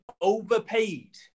overpaid